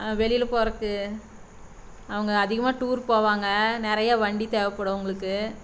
வெளியில் போகிறக்கு அவங்க அதிகமாக டூர் போவாங்க நிறையா வண்டி தேவைப்படும் அவங்களுக்கு